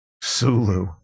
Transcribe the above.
Sulu